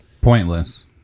Pointless